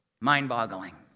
Mind-boggling